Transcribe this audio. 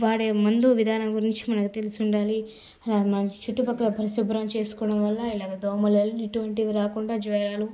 వాడే మందు విధానం గురించి మనకు తెలిసి ఉండాలి అలాగే మనకి చుట్టుపక్కల పరిశుభ్రంగా చేసుకోవడం వల్ల ఇలాగ దోమలు అటువంటివి రాకుండా జ్వరాలు